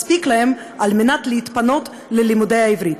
מספיק להם על מנת להתפנות ללימודי העברית.